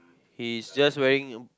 he is just wearing